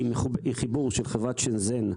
היא חיבור של חברת שנזן -- צרפתית.